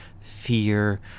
fear